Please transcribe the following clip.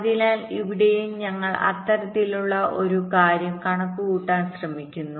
അതിനാൽ ഇവിടെയും ഞങ്ങൾ അത്തരത്തിലുള്ള ഒരു കാര്യം കണക്കുകൂട്ടാൻ ശ്രമിക്കുന്നു